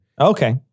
Okay